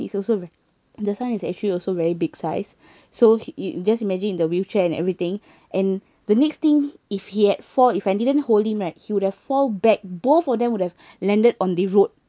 is also v~ the son is actually also very big size so he y~ just imagine the wheelchair and everything and the next thing if he had fall if I didn't hold him right he would have fall back both of them would have landed on the road